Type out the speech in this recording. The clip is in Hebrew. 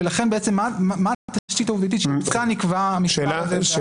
ולכן מה התשתית העובדתית שממנה נקבע המספר הזה.